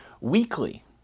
weekly